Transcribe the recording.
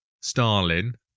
Stalin